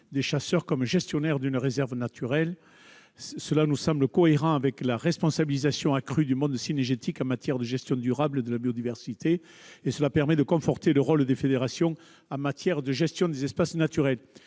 des chasseurs comme gestionnaire d'une réserve naturelle. Cela nous semble cohérent avec la responsabilisation accrue du monde cynégétique en matière de gestion durable de la biodiversité et cela permet de conforter le rôle des fédérations en matière de gestion des espaces naturels.